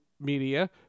media